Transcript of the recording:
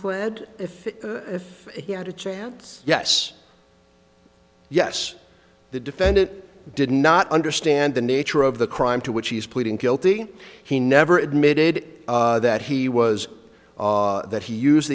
put ed if he had a chance yes yes the defendant did not understand the nature of the crime to which he's pleading guilty he never admitted that he was that he use